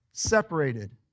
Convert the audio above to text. separated